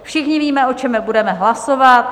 Všichni víme, o čem budeme hlasovat.